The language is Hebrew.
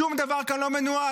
שום דבר כאן לא מנוהל.